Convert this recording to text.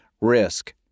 risk